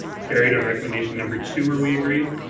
carried on recommendation number two. are we agreed?